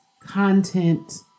content